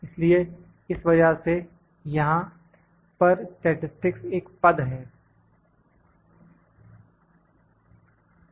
इसलिए इस वजह से यहां पर स्टैटिसटिक्स एक पद है